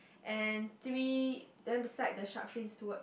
and three then beside the shark fins word